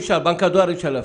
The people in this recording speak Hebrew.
בבנק הדואר אי אפשר להפקיד.